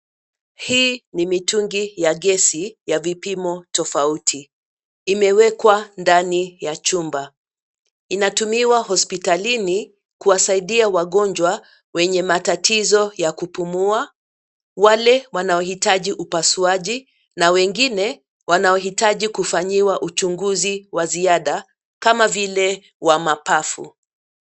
Hii ni mitungi ya gesi ya vipimo tofauti imewekwa ndani ya chumba, inatumiwa hospitalini kuwasaidia wagonjwa wenye matatizo ya kupumua, wale wanaohitaji upasuaji na wengine wanaohitaji kufanyiwa uchunguzi wa ziada kama vile wamapafu .